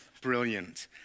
brilliant